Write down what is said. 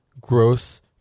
gross